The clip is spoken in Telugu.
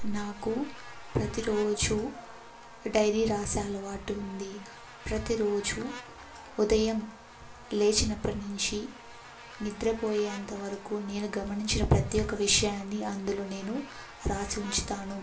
నాకు ప్రతిరోజు డైరీ రాసే అలవాటు ఉంది ప్రతిరోజు ఉదయం లేచినప్పటినుంచి నిద్రపోయేంతవరకు నేను గమనించిన ప్రతి ఒక్క విషయాన్ని అందులో నేను రాసి ఉంచుతాను